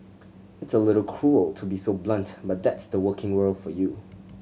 it's a little cruel to be so blunt but that's the working world for you